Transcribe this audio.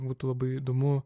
būtų labai įdomu